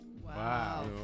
Wow